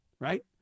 Right